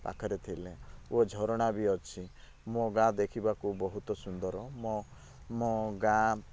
ପାଖରେ ଥିଲେ ଓ ଝରଣା ବି ଅଛି ମୋ ଗାଁ ଦେଖିବାକୁ ବହୁତ ସୁନ୍ଦର ମୋ ମୋ ଗାଁ